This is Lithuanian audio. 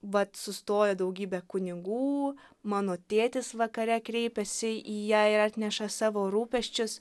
vat sustoja daugybė kunigų mano tėtis vakare kreipiasi į ją ir atneša savo rūpesčius